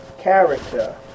character